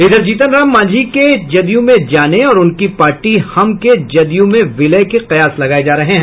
इधर जीतन राम मांझी के जदयू में जाने और उनकी पार्टी हम के जदयू में विलय के कयास लगाये जा रहे हैं